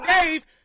Dave